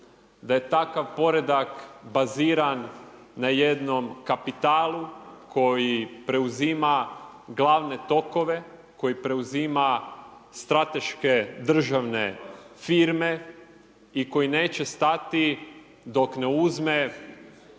da je takav poredak baziran na jednom kapitalu koji preuzima glavne tokove, koji preuzima strateške državne firme i koji neće stati dok ne uzme